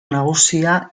nagusia